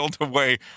away